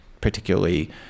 particularly